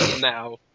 now